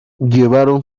llevaron